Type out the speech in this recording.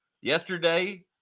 Yesterday